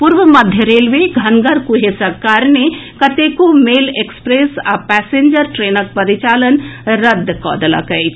पूर्व मध्य रेलवे घनगर कुहेसक कारणें कतेको मेल एक्सप्रेस आ पैसेंजर ट्रेनक परिचालन रद्द कऽ देलक अछि